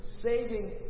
saving